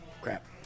Crap